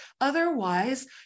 otherwise